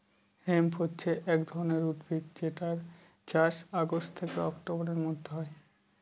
hemp হছে এক ধরনের উদ্ভিদ যেটার চাষ অগাস্ট থেকে অক্টোবরের মধ্যে হয়